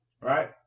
right